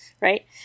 right